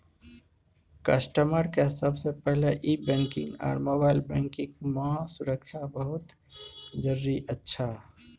customer के सबसे पहला ई बैंकिंग आर मोबाइल बैंकिंग मां सुरक्षा बहुत जरूरी अच्छा